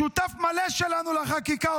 שותף מלא שלנו לחקיקה,